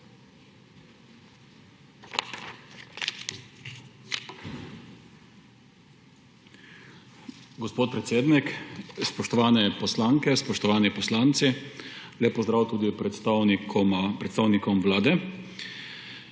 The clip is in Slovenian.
Gospod predsednik, spoštovane poslanke, spoštovani poslanci, lep pozdrav tudi predstavnikom Vlade!